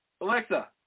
Alexa